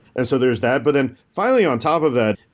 and so there is that. but and finally, on top of that,